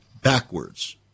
backwards